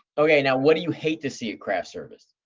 ah yeah now what do you hate to see at craft service?